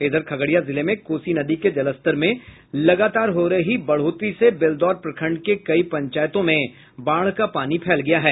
इधर खगड़िया जिले में कोसी नदी के जलस्तर में लगातार हो रही बढ़ोतरी से बेलदौर प्रखंड के कई पंचायतों में बाढ़ का पानी फैल गया है